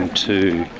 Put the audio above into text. to